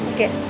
Okay